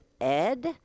Ed